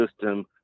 system